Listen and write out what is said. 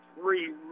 three